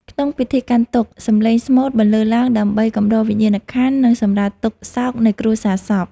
ក្នុងពិធីកាន់ទុក្ខ សំឡេងស្មូតបន្លឺឡើងដើម្បីកំដរវិញ្ញាណក្ខន្ធ និងសម្រាលទុក្ខសោកនៃគ្រួសារសព។